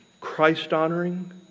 Christ-honoring